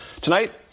Tonight